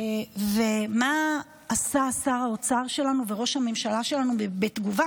ומה עשו שר האוצר שלנו וראש הממשלה שלנו בתגובה?